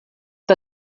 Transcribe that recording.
the